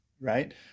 right